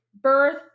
birth